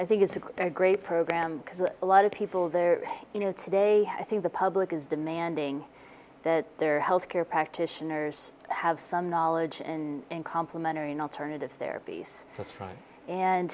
i think it's a great program because a lot of people there you know today i think the public is demanding that their health care practitioners have some knowledge and complimentary and alternative therapies a